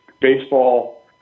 baseball